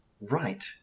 right